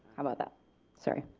about that sorry.